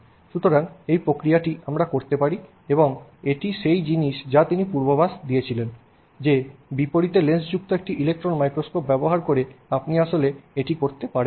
সুতরাং এই প্রক্রিয়াটি আমরা করতে পারি এবং এটি সেই জিনিস যা তিনি পূর্বাভাস দিয়েছিলেন যে বিপরীতে লেন্সযুক্ত একটি ইলেকট্রন মাইক্রোস্কোপ ব্যবহার করে আপনি আসলে এটি করতে পারেন